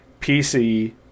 PC